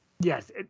Yes